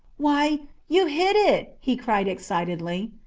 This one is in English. why, you hit it! he cried excitedly.